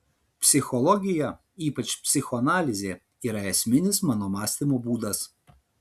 psichologija ypač psichoanalizė yra esminis mano mąstymo būdas